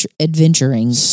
adventuring